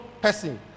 person